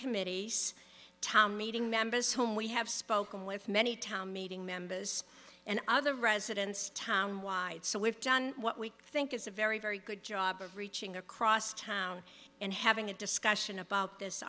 committee town meeting members home we have spoken with many town meeting members and other residents town wide so we've done what we think is a very very good job of reaching across town and having a discussion about this